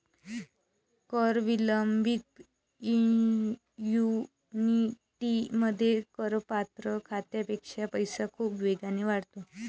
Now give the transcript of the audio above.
कर विलंबित ऍन्युइटीमध्ये, करपात्र खात्यापेक्षा पैसा खूप वेगाने वाढतो